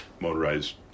motorized